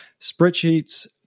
spreadsheets